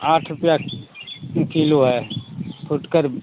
आठ रुपया किलो है फुटकर